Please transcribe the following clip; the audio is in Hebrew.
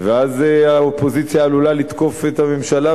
ואז האופוזיציה עלולה לתקוף את הממשלה,